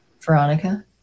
Veronica